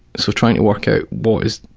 so trying to work out what is,